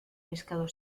pescado